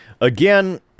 again